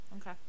Okay